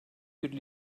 bir